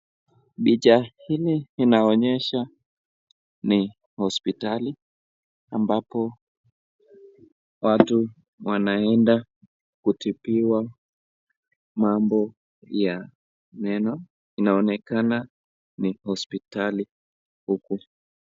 Picha hili linaonyesha ni hospitali, ambapo watu wanaenda kutibiwa mambo ya meno, inaonekana ni hospitali huku.